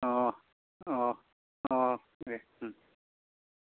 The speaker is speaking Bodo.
अह अह अह दे